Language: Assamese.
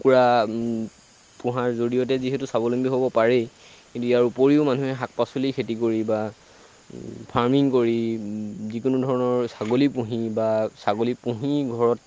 কুকুৰা পোহাৰ জৰিয়তে যিহেতু স্বাৱলম্বী হ'ব পাৰি কিন্তু ইয়াৰ উপৰিও মানুহে শাক পাচলিৰ খেতি কৰি বা ফাৰ্মিং কৰি যিকোনো ধৰণৰ ছাগলী পুহি বা ছাগলী পুহি ঘৰত